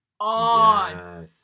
on